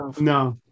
No